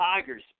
tigers